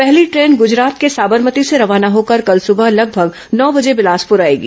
पहली ट्रेन गुजरात के साबरमती से रवाना होकर कल सुबह लगभग नौ बजे बिलासपुर आएगी